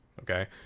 Okay